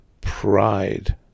pride